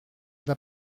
vas